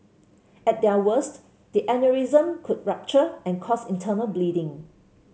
at their worst the aneurysm could rupture and cause internal bleeding